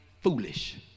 foolish